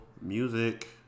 Music